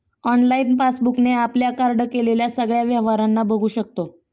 online passbook ने आपल्या card केलेल्या सगळ्या व्यवहारांना बघू शकतो